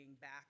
back